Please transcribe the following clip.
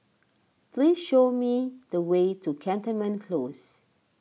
please show me the way to Cantonment Close